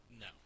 no